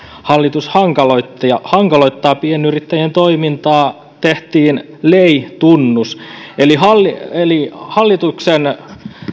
hallitus hankaloittaa pienyrittäjien toimintaa tehtiin lei tunnus eli hallituksen